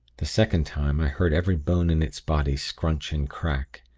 the second time, i heard every bone in its body scrunch and crack.